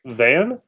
van